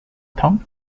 tom